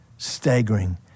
Staggering